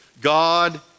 God